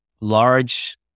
large